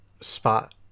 spot